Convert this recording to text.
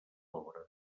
obra